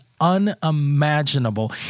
unimaginable